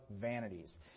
Vanities